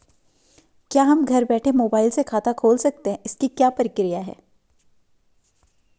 क्या हम घर बैठे मोबाइल से खाता खोल सकते हैं इसकी क्या प्रक्रिया है?